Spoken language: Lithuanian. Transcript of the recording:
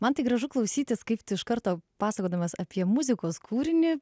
man tai gražu klausytis kaip tu iš karto pasakodamas apie muzikos kūrinį